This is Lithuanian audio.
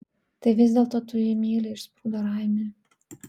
tai vis dėlto tu jį myli išsprūdo raimiui